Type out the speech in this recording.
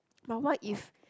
but what if